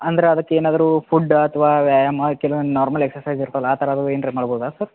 ಅಂದ್ರ ಅದಕ್ಕೆ ಏನಾದರು ಫುಡ್ ಅಥ್ವ ವ್ಯಾಯಾಮ ಕೆಲ್ವಂದು ನಾರ್ಮಲ್ ಎಕ್ಸಸೈಜ್ ಇರ್ತವಲ್ಲ ಆ ಥರ ಏನ್ರಾ ಮಾಡ್ಬೌದಾ ಸರ್